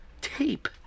Tape